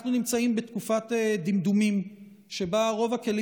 אנחנו נמצאים בתקופת דמדומים שבה רוב הכלים